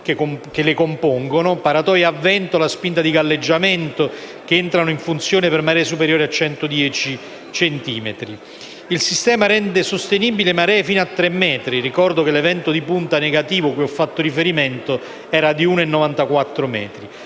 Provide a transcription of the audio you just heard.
Il sistema rende sostenibile maree fino a tre metri e ricordo che, nell'evento di punta negativo cui ho fatto riferimento, la marea era di 1,94 metri.